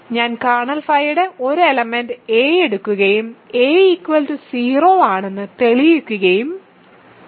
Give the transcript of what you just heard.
ഞാൻ കേർണൽ ഫൈയുടെ ഒരു എലമെന്റ് a എടുക്കുകയും a0 ആണെന്ന് തെളിയിക്കുകയും ചെയ്യുകയും ചെയ്തു